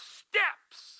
steps